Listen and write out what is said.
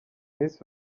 miss